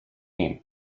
mean